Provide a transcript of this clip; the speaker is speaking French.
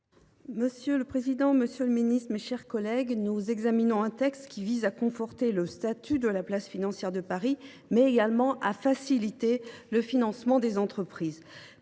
Monsieur le président, monsieur le ministre, mes chers collègues, le présent texte vise non seulement à conforter le statut de la place financière de Paris, mais aussi à faciliter le financement des entreprises.